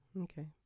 Okay